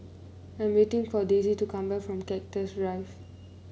I'm waiting for Desi to come back from Cactus Drive